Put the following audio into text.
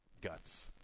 guts